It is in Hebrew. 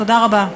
תודה רבה.